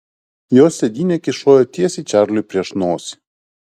jos sėdynė kyšojo tiesiai čarliui prieš nosį